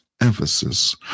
emphasis